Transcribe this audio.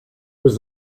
was